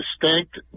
distinct